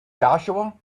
joshua